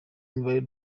imibare